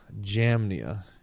Jamnia